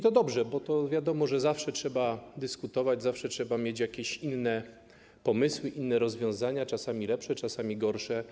To dobrze, bo wiadomo, że zawsze trzeba dyskutować, zawsze trzeba mieć jakieś inne pomysły, inne rozwiązania, czasami lepsze, czasami gorsze.